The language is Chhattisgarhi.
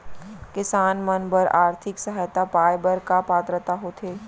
किसान मन बर आर्थिक सहायता पाय बर का पात्रता होथे?